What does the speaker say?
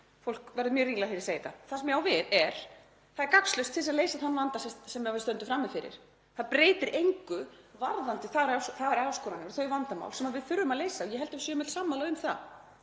Fólk verður mjög ringlað þegar ég segi þetta. Það sem ég á við er: Það er gagnslaust til að leysa þann vanda sem við stöndum frammi fyrir. Það breytir engu varðandi þær áskoranir og þau vandamál sem við þurfum að leysa og ég held að við séum öll sammála um að